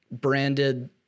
branded